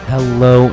Hello